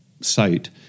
site